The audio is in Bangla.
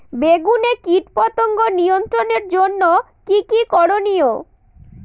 বেগুনে কীটপতঙ্গ নিয়ন্ত্রণের জন্য কি কী করনীয়?